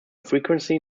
frequency